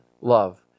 love